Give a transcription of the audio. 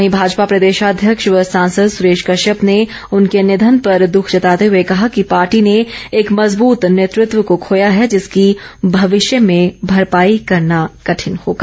वहीं भाजपा प्रदेशाध्यक्ष व सांसद सुरेश कश्यप ने उनके निधन पर दुख जताते हुए कहा कि पार्टी ने एक मजबूत नेतृत्व को खोया है जिसकी भविष्य में भरपाई करना कठिन होगा